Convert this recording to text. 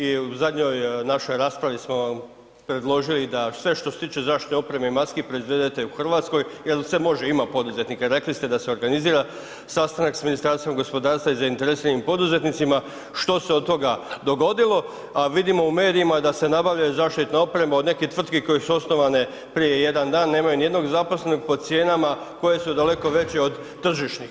I u zadnjoj našoj raspravi smo vam predložili da sve što se tiče zaštitne opreme i maski proizvedete u Hrvatskoj jer se može, ima poduzetnika, rekli ste da se organizira sastanak sa Ministarstvom gospodarstva i zainteresiranim poduzetnicima, što se od toga dogodilo, a vidimo u medijima da se nabavljaju zaštitna oprema od nekih tvrtki koje su osnovane prije 1 dan, nemaju nijednog zaposlenog, po cijenama koje su daleko veće od tržišnih.